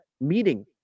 meeting